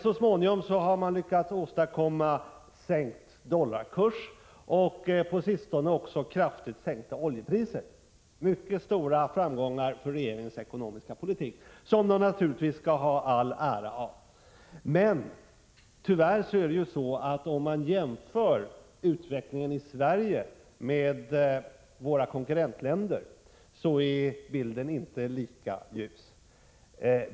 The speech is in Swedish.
Så småningom har regeringen lyckats åstadkomma sänkt dollarkurs och på sistone också kraftigt sänkta oljepriser. Det är mycket stora framgångar för regeringens ekonomiska politik, som den naturligtvis skall ha all ära av. Men tyvärr är det så om man jämför utvecklingen i Sverige med våra konkurrentländers att bilden inte är lika ljus.